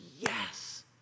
yes